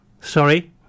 sorry